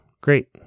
great